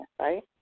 right